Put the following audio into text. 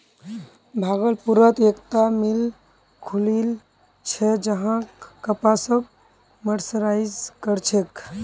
भागलपुरत एकता मिल खुलील छ जहां कपासक मर्सराइज कर छेक